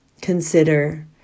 consider